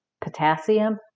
potassium